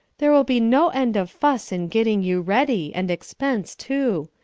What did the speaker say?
there will be no end of fuss in getting you ready, and expense too.